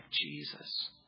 Jesus